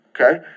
Okay